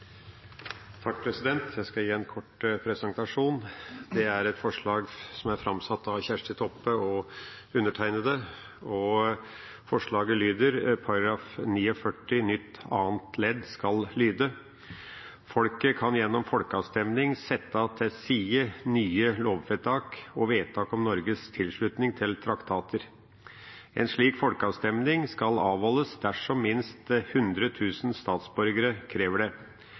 etter folkemeningen. Jeg skal gi en kort presentasjon av grunnlovsforslag 43, framsatt av Kjersti Toppe og undertegnede. Forslaget lyder: «§ 49 nytt andre ledd skal lyde: Folket kan gjennom folkeavstemning sette til side nye lovvedtak og vedtak om Norges tilslutning til traktater. En slik folkeavstemning skal avholdes dersom minst 100 000 statsborgere krever det.